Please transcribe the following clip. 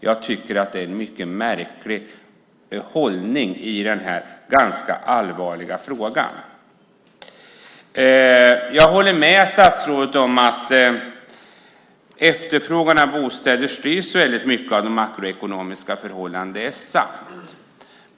Jag tycker att det är en märklig hållning i den här allvarliga frågan. Jag håller med statsrådet om att efterfrågan på bostäder styrs mycket av makroekonomiska förhållanden. Det är sant.